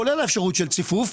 כולל האפשרות של ציפוף,